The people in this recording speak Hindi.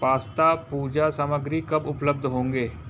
पास्ता पूजा सामग्री कब उपलब्ध होंगे